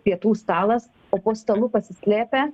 pietų stalas o po stalu pasislėpę